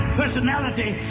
personality